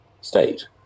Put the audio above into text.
state